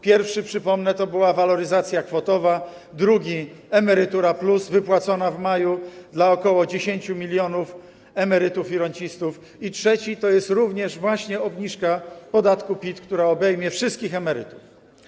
Pierwszy - przypomnę - to była waloryzacja kwotowa, drugi - „Emerytura+” wypłacona w maju dla ok. 10 mln emerytów i rencistów, a trzeci to jest właśnie obniżka podatku PIT, która obejmie wszystkich emerytów.